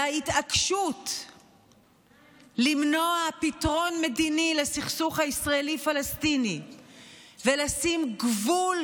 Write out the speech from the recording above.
ההתעקשות למנוע פתרון מדיני לסכסוך הישראלי פלסטיני ולשים גבול,